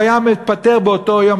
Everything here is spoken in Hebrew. הוא היה מתפטר באותו יום,